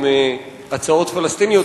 עם הצעות פלסטיניות,